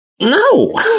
No